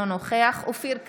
אינו נוכח אופיר כץ,